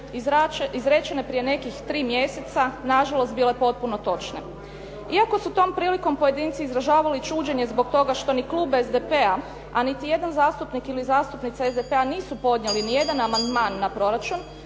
izrečene prije nekih 3 mjeseca nažalost bile potpuno točne. Iako su tom prilikom pojedinci izražavali čuđenje zbog toga što ni klub SDP-a, a niti jedan zastupnik ili zastupnica SDP-a nisu podnijeli ni jedan amandman na proračun,